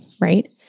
right